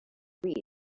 read